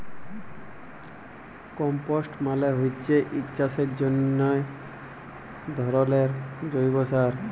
compost মালে হচ্যে এক চাষের জন্হে ধরলের জৈব সার